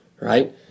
Right